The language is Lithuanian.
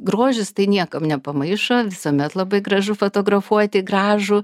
grožis tai niekam nepamaišo visuomet labai gražu fotografuoti gražų